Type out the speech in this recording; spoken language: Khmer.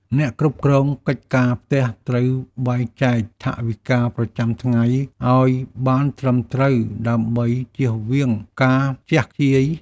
អ្នកគ្រប់គ្រងកិច្ចការផ្ទះត្រូវបែងចែកថវិកាប្រចាំថ្ងៃឱ្យបានត្រឹមត្រូវដើម្បីចៀសវាងការខ្ជះខ្ជាយ។